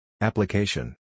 Application